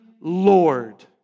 Lord